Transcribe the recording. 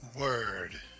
Word